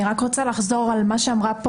אני רוצה להדגיש מה שאמרה פה